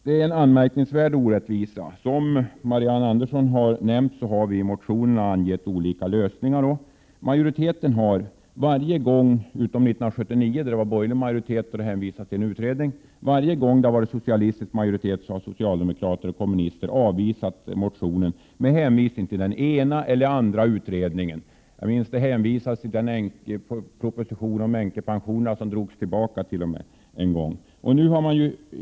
Det här är således en anmärkningsvärd orättvisa. Som Marianne Andersson nämnde har vi i våra motioner föreslagit olika lösningar på problemet. Men varje gång frågan har behandlats — utom 1979, då det var borgerlig majoritet och man hänvisade till en utredning — och socialdemokrater och kommunister har varit i majoritet har dessa avvisat motionerna, med hänvisning till den ena eller den andra utredningen. En gång hänvisade man t.o.m. till en proposition om änkepensionerna, som sedan drogs tillbaka.